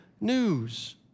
news